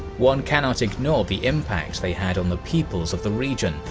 one cannot ignore the impact they had on the peoples of the region,